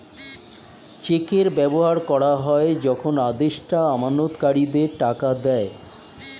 চেকের ব্যবহার করা হয় যখন আদেষ্টা আমানতকারীদের টাকা দেয়